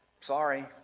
sorry